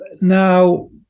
Now